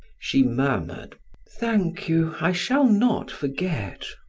she murmured thank you, i shall not forget.